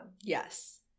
yes